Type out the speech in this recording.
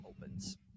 opens